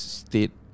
state